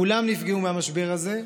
כולם נפגעו מהמשבר הזה,